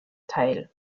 teil